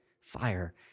fire